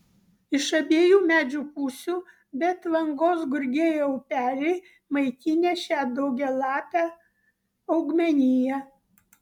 iš abiejų medžių pusių be atvangos gurgėjo upeliai maitinę šią daugialapę augmeniją